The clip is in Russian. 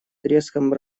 треском